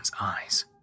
eyes